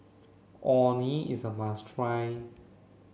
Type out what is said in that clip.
Orh Nee is a must try